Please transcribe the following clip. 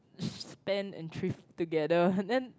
spend and thrift together then